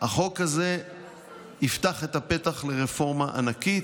החוק הזה יפתח את הפתח לרפורמה ענקית,